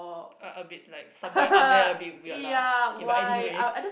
a a bit like somewhere up there a bit weird lah K but anyway